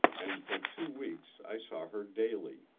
and for two weeks i saw her daily.